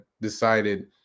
decided